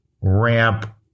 ramp